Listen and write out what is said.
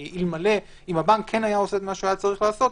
כי אם הבנק כן היה עושה את מה שהוא צריך לעשות,